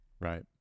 Right